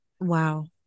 Wow